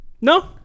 No